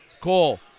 Cole